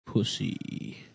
Pussy